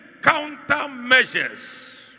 countermeasures